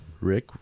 Rick